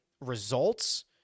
results